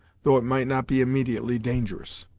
though it might not be immediately dangerous.